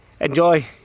enjoy